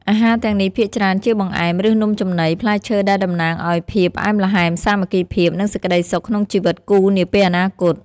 អាហារទាំងនេះភាគច្រើនជាបង្អែម ឬនំចំណី ផ្លែឈើដែលតំណាងឲ្យភាពផ្អែមល្ហែម សាមគ្គីភាព និងសេចក្តីសុខក្នុងជីវិតគូរនាពេលអនាគត។